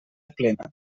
plena